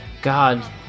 God